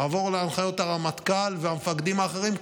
עבור להנחיות הרמטכ"ל והמפקדים האחרים,